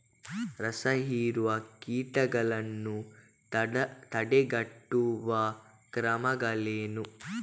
ರಸಹೀರುವ ಕೀಟಗಳನ್ನು ತಡೆಗಟ್ಟುವ ಕ್ರಮಗಳೇನು?